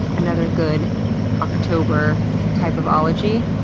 another good october type of ology?